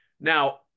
Now